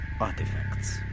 artifacts